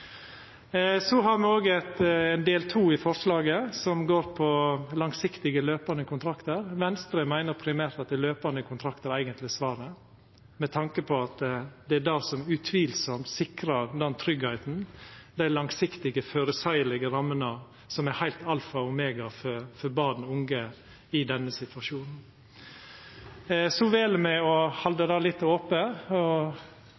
langsiktige, løpande kontraktar. Venstre meiner primært at løpande kontraktar eigentleg er svaret, med tanke på at det er det som utan tvil sikrar tryggleiken og dei langsiktige føreseielege rammene, som er alfa og omega for born og unge i denne situasjonen. Me vel å halda det litt ope og få ei vurdering frå regjeringa før me